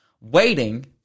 waiting